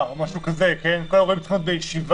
או משהו כזה אלא כל האירועים צריכים להיות בישיבה.